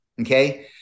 Okay